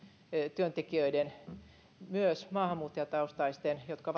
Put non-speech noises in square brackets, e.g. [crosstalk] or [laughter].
työntekijöiden kohdalla myös maahanmuuttajataustaisten jotka [unintelligible]